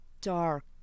dark